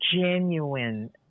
genuine